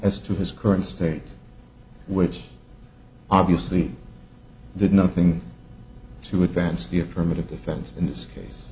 as to his current state which obviously did nothing to advance the affirmative defense in this case